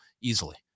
easily